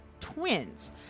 twins